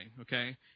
okay